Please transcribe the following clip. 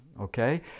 okay